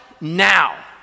now